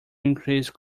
increase